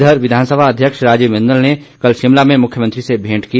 इधर विधानसभा अध्यक्ष राजीव बिंदल ने कल शिमला में मुख्यमंत्री से भेंट की